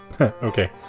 Okay